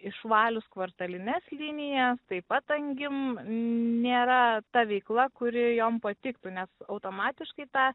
išvalius kvartalines linijas taip pat angim nėra ta veikla kuri jom patiktų nes automatiškai tą